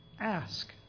Ask